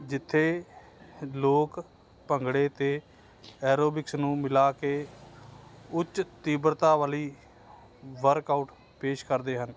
ਜਿੱਥੇ ਲੋਕ ਭੰਗੜੇ ਅਤੇ ਐਰੋਬਿਕਸ ਨੂੰ ਮਿਲਾ ਕੇ ਉੱਚ ਤੀਬਰਤਾ ਵਾਲੀ ਵਰਕਆਊਟ ਪੇਸ਼ ਕਰਦੇ ਹਨ